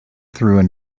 through